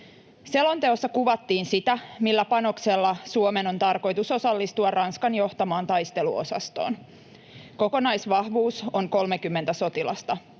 Selonteossa kuvattiin sitä, millä panoksella Suomen on tarkoitus osallistua Ranskan johtamaan taisteluosastoon: Kokonaisvahvuus on 30 sotilasta.